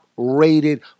Rated